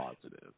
positive